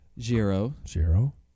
Zero